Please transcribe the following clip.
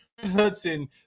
Hudson